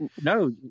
No